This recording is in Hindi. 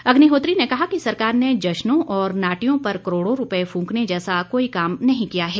अग्निहोत्री ने कहा कि सरकार ने जश्नों और नाटियों पर करोड़ों रूपये फूंकने जैसा कोई काम नहीं किया है